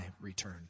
return